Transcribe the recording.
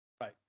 right